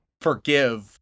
forgive